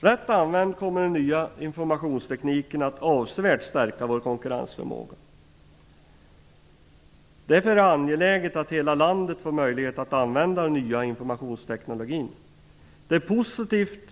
Rätt använd kommer den nya informationstekniken att avsevärt stärka vår konkurrensförmåga. Därför är det angeläget att hela landet får möjlighet att använda den nya informationstekniken. Det är positivt